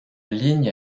ligne